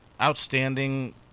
outstanding